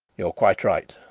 you are quite right.